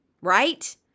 right